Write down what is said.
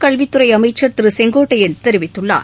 கல்வித் துறை அமைச்சர் திரு செங்கோட்டையன் தெரிவித்துள்ளார்